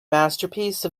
masterpiece